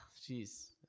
Jeez